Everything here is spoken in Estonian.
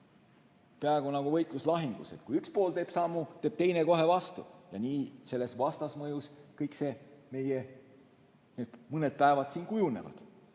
peaaegu nagu võitlus lahingus: kui üks pool teeb sammu, teeb teine kohe vastu. Nii selles vastasmõjus need meie mõned päevad kujunevad.